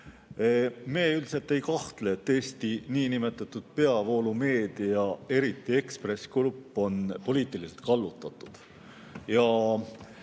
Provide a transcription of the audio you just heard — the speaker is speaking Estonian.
Me ilmselt ei kahtle, et Eesti peavoolumeedia, eriti Ekspress Grupp, on poliitiliselt kallutatud.